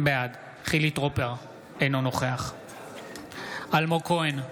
בעד חילי טרופר, אינו נוכח אלמוג כהן,